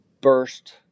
burst